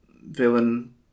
villain